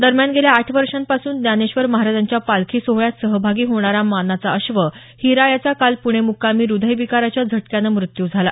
दरम्यान गेल्या आठ वर्षांपासून ज्ञानेश्वर महाराजांच्या पालखी सोहळ्यात सहभागी होणारा मानाचा अश्व हिरा याचा काल पुणे मुक्कामी हृदयविकाराच्या झटक्यानं मृत्यू झाला